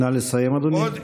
נא לסיים, אדוני.